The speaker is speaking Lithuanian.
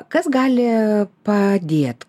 kas gali padėt